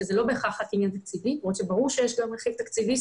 שזה לא בהכרח רק עניין תקציבי למרות שברור שיש גם רכיב תקציבי.